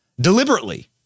deliberately